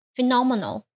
Phenomenal